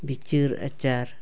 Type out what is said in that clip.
ᱵᱤᱪᱟᱹᱨ ᱟᱪᱟᱨ